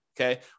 okay